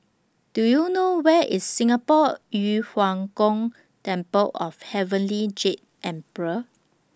Do YOU know Where IS Singapore Yu Huang Gong Temple of Heavenly Jade Emperor